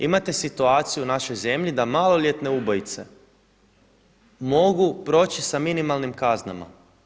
Imate situaciju u našoj zemlji da maloljetne ubojice mogu proći sa minimalnim kaznama.